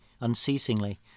unceasingly